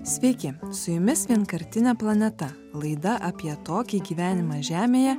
sveiki su jumis vienkartinė planeta laida apie tokį gyvenimą žemėje